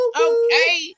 okay